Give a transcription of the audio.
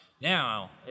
Now